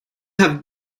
have